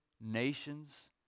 nations